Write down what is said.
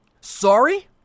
Sorry